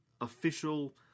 official